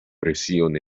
presión